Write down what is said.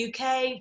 UK